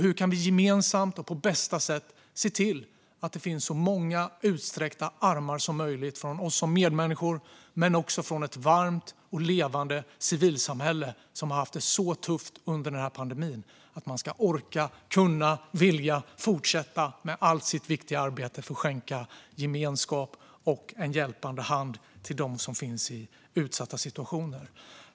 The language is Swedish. Hur kan vi gemensamt och på bästa sätt se till att det finns så många utsträckta armar som möjligt från oss som medmänniskor men också från ett varmt och levande civilsamhälle, som har haft det så tufft under pandemin, så att man orkar, kan och vill fortsätta med allt sitt viktiga arbete för att skänka gemenskap och en hjälpande hand till dem som befinner sig i utsatta situationer?